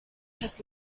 has